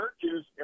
churches